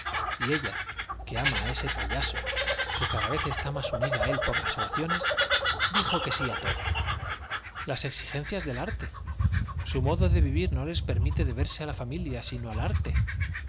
y ella que ama á ese payaso que cada vez está más unida á él por las ováciones dijo que sí á todo i las exigencias del arte i su modo de vivir no les permite deberse á la familia sino al arte